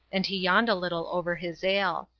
and he yawned a little over his ale.